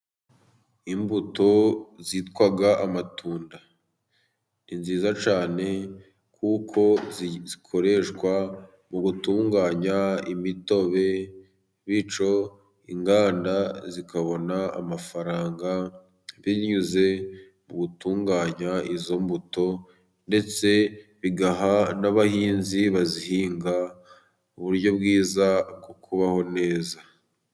Imbuto zitwa amatunda ni nziza cyane, kuko zikoreshwa mu gutunganya imitobe, bityo inganda zikabona amafaranga binyuze mu gutunganya izo mbuto ndetse bigaha n'abahinzi bazihinga, uburyo bwiza bwo kubaho neza.